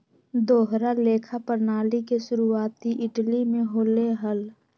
दोहरा लेखा प्रणाली के शुरुआती इटली में होले हल